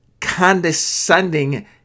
condescending